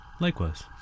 Likewise